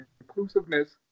inclusiveness